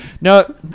no